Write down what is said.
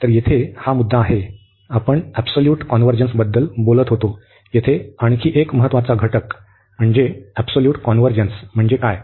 तर येथे हा मुद्दा आहे आपण एबसोल्यूट कॉन्व्हर्जन्स बद्दल बोलत होतो येथे आणखी एक महत्त्वाचा घटक म्हणजे एबसोल्यूट कॉन्व्हर्जन्स म्हणजे काय